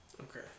Okay